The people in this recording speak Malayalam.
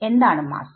എന്താണ് മാസ്സ്